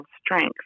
strength